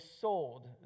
sold